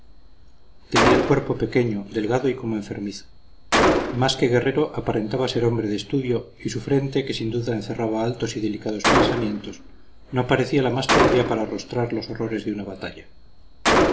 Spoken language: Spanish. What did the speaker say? tenía el cuerpo pequeño delgado y como enfermizo más que guerrero aparentaba ser hombre de estudio y su frente que sin duda encerraba altos y delicados pensamientos no parecía la más propia para arrostrar los horrores de una batalla